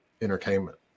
entertainment